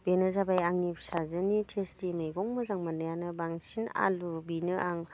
बेनो जाबाय आंनि फिसाजोनि टेस्टि मैगं मोजां मोननायानो बांसिन आलु बेनो आं